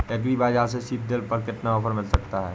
Agree bazaar से seed drill पर कितना ऑफर मिल सकता है?